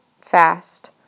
fast